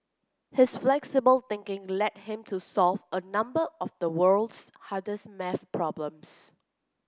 his flexible thinking led him to solve a number of the world's hardest maths problems